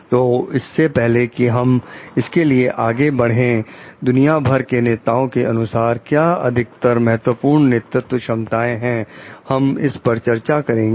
तो इससे पहले कि हम उसके लिए आगे बढ़े दुनिया भर के नेताओं के अनुसार क्या अधिकतर महत्वपूर्ण नेतृत्व क्षमताएं हम इस पर चर्चा करेंगे